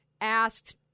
asked